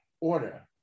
order